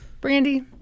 Brandy